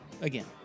Again